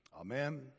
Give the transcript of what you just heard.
Amen